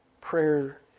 Prayer